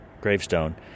gravestone